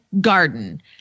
garden